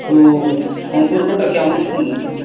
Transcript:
তো সম্পর্কটা কেমন শুনুন